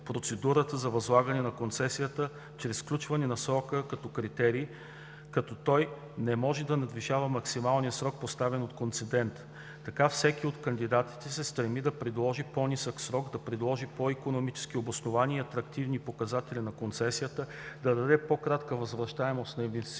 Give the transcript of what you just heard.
процедурата за възлагане на концесията чрез включването на срока като критерий, като той не може да надвишава максималния срок, поставен от концедента. Така всеки от кандидатите се стреми да предложи по-нисък срок, да предложи по-икономически обосновани и атрактивни показатели на концесията, да даде по-кратка възвръщаемост на инвестиционния